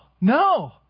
no